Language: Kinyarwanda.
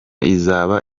izaba